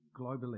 globally